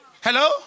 Hello